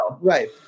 Right